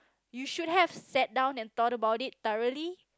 you should have sat down and thought about it thoroughly